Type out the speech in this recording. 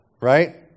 Right